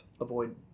avoid